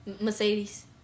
Mercedes